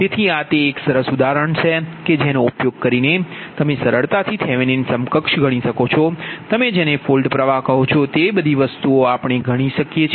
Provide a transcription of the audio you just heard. તેથી આ તે એક સરસ ઉદાહરણ છે કે જેનો ઉપયોગ કરીને તમે સરળતાથી થેવિનિન સમકક્ષ ગણી શકો છો તમે જેને ફોલ્ટ પ્રવાહ કહો છો તે બધી વસ્તુ ઓ પણ ગણી શકો છો